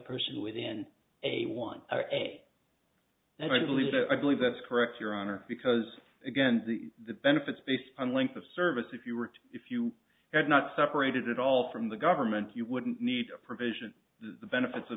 person within a one hour a day and i believe i believe that's correct your honor because again the benefits based on length of service if you were if you had not separated at all from the government you wouldn't need a provision the benefits